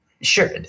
sure